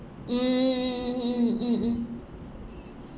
mm mm mm mm